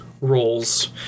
roles